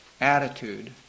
attitude